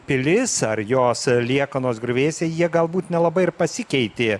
pilis ar jos liekanos griuvėsiai jie galbūt nelabai ir pasikeitė